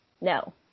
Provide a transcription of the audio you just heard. No